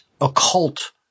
occult